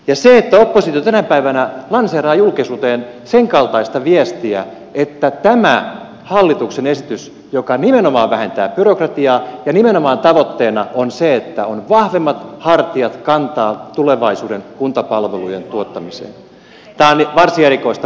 ja se minkä kaltaista viestiä oppositio tänä päivänä lanseeraa julkisuuteen tästä hallituksen esityksestä joka nimenomaan vähentää byrokratiaa ja jonka tavoitteena nimenomaan on se että on vahvemmat hartiat kantaa tulevaisuuden kuntapalvelujen tuottamista on varsin erikoista